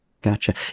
gotcha